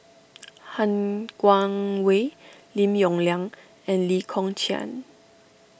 Han Guangwei Lim Yong Liang and Lee Kong Chian